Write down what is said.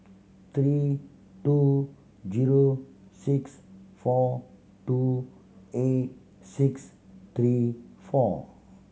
three two zero six four two eight six three four